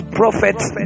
prophets